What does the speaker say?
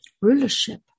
rulership